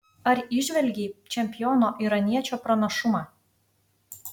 ar įžvelgei čempiono iraniečio pranašumą